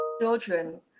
children